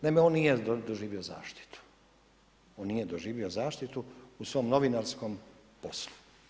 Naime, on nije doživio zaštitu, on nije doživio zaštitu u svom novinarskom poslu.